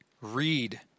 read